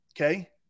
Okay